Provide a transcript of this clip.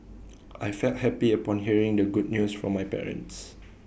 I felt happy upon hearing the good news from my parents